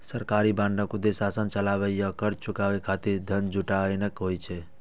सरकारी बांडक उद्देश्य शासन चलाबै आ कर्ज चुकाबै खातिर धन जुटेनाय होइ छै